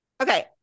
Okay